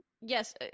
Yes